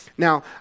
Now